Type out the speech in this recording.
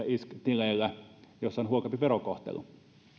isk tileille joissa on huokeampi verokohtelu